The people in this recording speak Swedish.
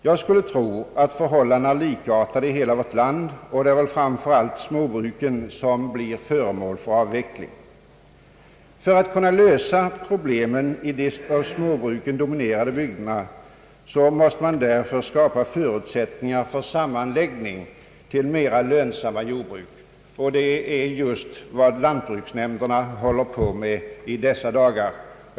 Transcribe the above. Jag skulle tro att förhållandena är likartade i hela vårt land, och det är väl framför allt småbruken som blir föremål för avveckling. För att kunna lösa problemen i de av småbruken dominerade bygderna måste man därför skapa förutsättningar för sammanläggning till mera lönsamma jordbruk, och det är just vad lantbruksnämnderna håller på med i dessa dagar.